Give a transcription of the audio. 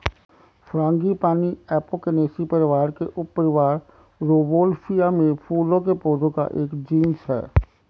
frangipani Apocynaceae परिवार के उपपरिवार रौवोल्फिया में फूलों के पौधों का एक जीनस है